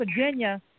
Virginia